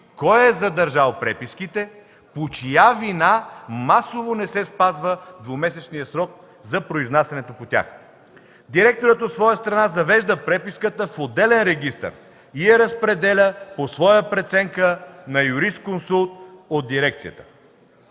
кой е задържал преписките, по чия вина масово не се спазва двумесечният срок за произнасяне по тях. Директорът, от своя страна, завежда преписката в отделен регистър и я разпределя по своя преценка на юрисконсулт от дирекцията.